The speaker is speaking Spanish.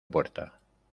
puerta